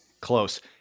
Close